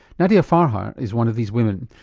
nadia farha is one of these women.